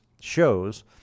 shows